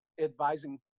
advising